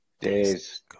days